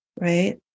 Right